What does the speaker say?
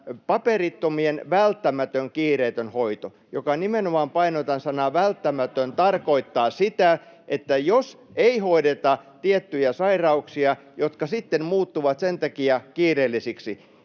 paperittomien välttämätön kiireetön hoito on yhden miljoonan euron suuruinen rahoitus. Painotan sanaa ”välttämätön”, joka nimenomaan tarkoittaa sitä, että jos ei hoideta tiettyjä sairauksia, jotka sitten muuttuvat sen takia kiireellisiksi,